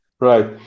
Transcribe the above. Right